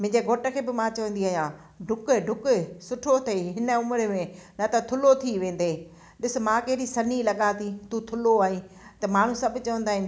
मुंहिंजे घोट खे बि मां चवंदी आहियां डुकु डुकु सुठो अथईं हिन उमिरि में न त थुलो थी वेंदे ॾिसु मां केॾी सन्ही लॻां थी तूं थुलो आहे त माण्हू सभु चवंदा आहिनि